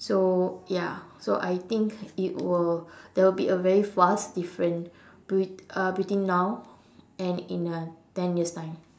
so ya so I think it will there will be a very vast different bet~ uh between now and in uh ten years time